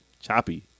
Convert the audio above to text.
choppy